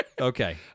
Okay